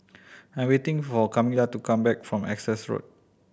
I am waiting for Camila to come back from Essex Road